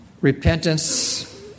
repentance